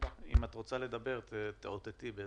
רוצה לדבר תאותתי לנו.